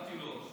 אמרתי לו,